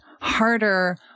harder